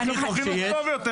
שכולם יקבלו חינוך גרוע,